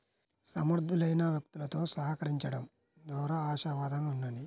సమర్థులైన వ్యక్తులతో సహకరించండం ద్వారా ఆశావాదంగా ఉండండి